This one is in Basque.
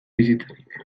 bizitzarik